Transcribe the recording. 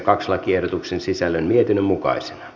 lakiehdotuksen sisällön mietinnön mukaisena